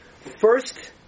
first